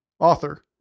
Author